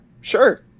Sure